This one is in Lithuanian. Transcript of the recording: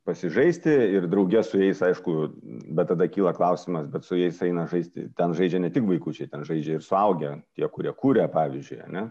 pasižaisti ir drauge su jais aišku bet tada kyla klausimas bet su jais aina žaisti ten žaidžia ne tik vaikučiai ten žaidžia ir suaugę tie kurie kuria pavyzdžiui ane